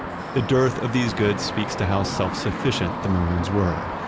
the dirth of these goods speaks to how self-sufficient the maroons were.